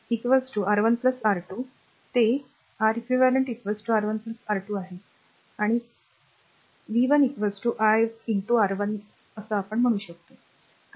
ते r R eq r R1 R2 आहे आणि त्या r वर जा v 1 r i R1 ला कॉल करा